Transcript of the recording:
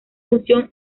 función